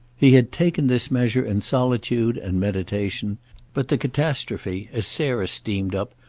he had taken this measure in solitude and meditation but the catastrophe, as sarah steamed up,